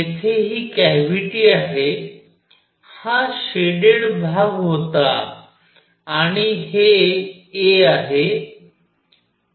तर येथे हि कॅव्हिटी आहे हा शेडेड भाग होता आणि हे a आहे